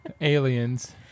aliens